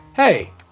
Hey